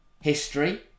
history